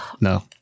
no